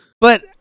But-